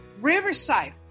Riverside